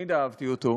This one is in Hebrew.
תמיד אהבתי אותו,